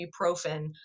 ibuprofen